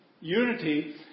unity